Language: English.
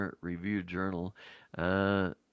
Review-Journal